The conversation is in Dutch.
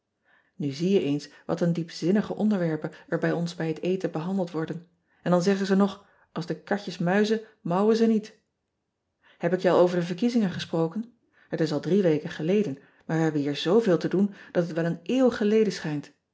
u zie je eens wat een diepzinnige onderwerpen er bij ean ebster adertje angbeen ons bij het eten behandeld worden en dan zeggen ze nog als de katjes muizen mauwen ze niet eb ik je al over de verkiezingen gesproken et is al drie weken geleden maar we hebben hier zooveel te doen dat het wel een eeuw geleden schijnt